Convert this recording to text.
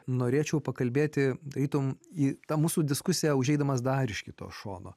norėčiau pakalbėti tarytum į tą mūsų diskusiją užeidamas dar iš kito šono